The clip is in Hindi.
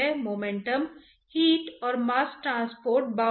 तो यह एक साथ मोमेंटम हीट और मास्स ट्रांसपोर्ट है